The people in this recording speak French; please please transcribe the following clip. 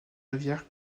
rivière